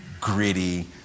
gritty